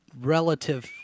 relative